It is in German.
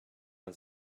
man